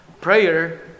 prayer